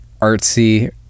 artsy